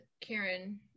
karen